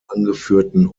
angeführten